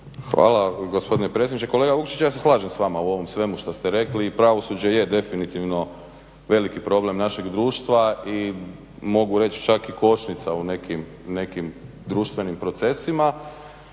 Hvala gospodine predsjedniče. Kolega Vukšić ja se slažem s vama u ovom svemu što ste rekli. pravosuđe je definitivno veliki problem našeg društva i mogu reći čak i kočnica u nekim društvenim procesima.